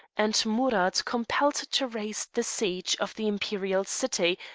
and amurath compelled to raise the siege of the imperial city,